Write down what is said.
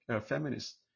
feminist